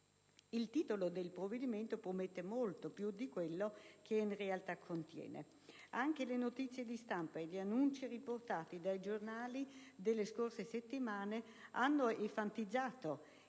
Il titolo del provvedimento promette molto più di quello che in realtà contiene. Anche le notizie di stampa e gli annunci riportati dai giornali delle scorse settimane hanno enfatizzato